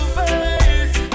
face